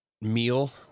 meal